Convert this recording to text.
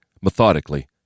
methodically